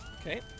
Okay